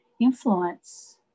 influence